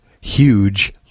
huge